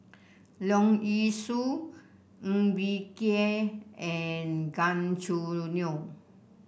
Leong Yee Soo Ng Bee Kia and Gan Choo Neo